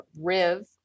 Riv